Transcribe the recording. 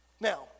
Now